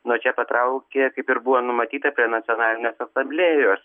nuo čia patraukė kaip ir buvo numatyta prie nacionalinės asamblėjos